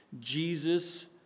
Jesus